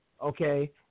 Okay